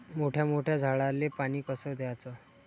मोठ्या मोठ्या झाडांले पानी कस द्याचं?